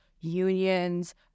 unions